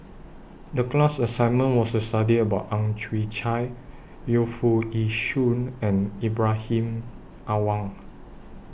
The class assignment was to study about Ang Chwee Chai Yu Foo Yee Shoon and Ibrahim Awang